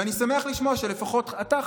ואני שמח לשמוע שלפחות אתה,